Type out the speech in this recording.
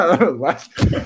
last